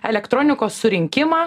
elektronikos surinkimą